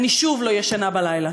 אני שוב לא ישנה בלילה.